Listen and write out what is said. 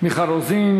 מיכל רוזין.